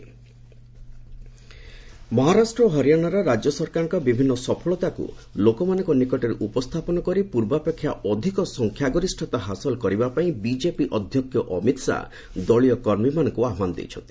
Amit Shah election Maharashtra ଓ ହରିୟାଣାର ରାଜ୍ୟ ସରକାରଙ୍କ ବିଭିନ୍ନ ସଫଳତାକୁ ଲୋକମାନଙ୍କ ନିକଟରେ ଉପସ୍ଥାପନ କରି ପ୍ରର୍ବାପେକ୍ଷା ଅଧିକ ସଂଖ୍ୟାଗରିଷ୍ଠତା ହାସଲ କରିବାପାଇଁ ବିକେପି ଅଧ୍ୟକ୍ଷ ଅମିତ୍ ଶାହା ଦଳୀୟ କର୍ମୀମାନଙ୍କୁ ଆହ୍ୱାନ ଦେଇଛନ୍ତି